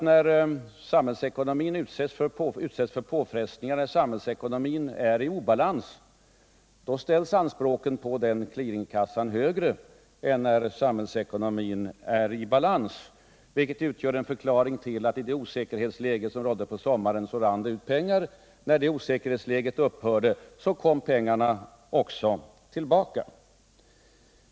När samhällsekonomin utsätts för påfrestningar, när samhällsekonomin är i obalans, ställs naturligtvis anspråken på denna clearingkassa högre än när samhällsekonomin är i balans. Det är en förklaring till att det i det osäkerhetsläge som rådde på sommaren rann ut pengar. När det osäkerhetsläget upphörde kom pengarna också tillbaka.